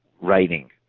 writing